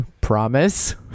promise